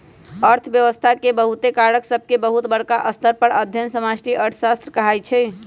अर्थव्यवस्था के बहुते कारक सभके बहुत बरका स्तर पर अध्ययन समष्टि अर्थशास्त्र कहाइ छै